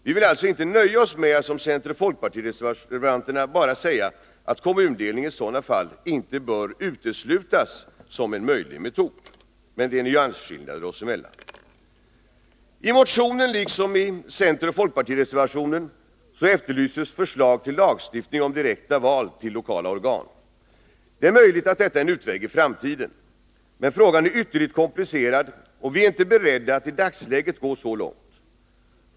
Vi vill alltså inte nöja oss med att som centeroch folkpartireservanterna bara säga, att kommundelning i sådana fall inte bör uteslutas som en möjlig metod. Men det är nyansskillnader oss emellan. I motionen, liksom i centeroch folkpartireservationen, efterlyses förslag till lagstiftning om direkta val till lokala organ. Det är möjligt att detta är en utvägi framtiden. Men frågan är ytterligt komplicerad, och vi är inte beredda att i dagsläget gå så långt.